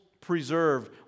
preserve